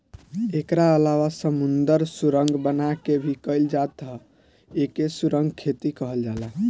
एकरा अलावा समुंदर सुरंग बना के भी कईल जात ह एके सुरंग खेती कहल जाला